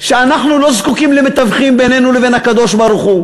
הוא שאנחנו לא זקוקים למתווכים בינינו לבין הקדוש-ברוך-הוא.